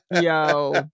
Yo